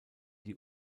die